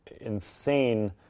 insane